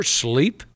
sleep